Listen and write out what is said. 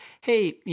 hey